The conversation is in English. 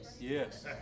Yes